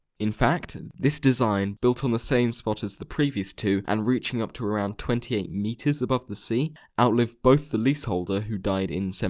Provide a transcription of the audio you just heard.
in fact, this design built on the same spot as the previous two, and reaching up to around twenty eight meters above the sea outlived both the leaseholder who died in one